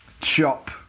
Chop